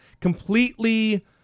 completely